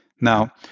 Now